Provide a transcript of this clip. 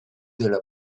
della